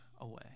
away